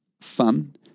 fun